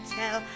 tell